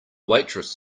waitress